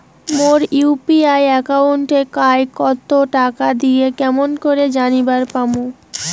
মোর UPI একাউন্টে কায় কতো টাকা দিসে কেমন করে জানিবার পামু?